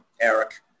Eric